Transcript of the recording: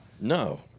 No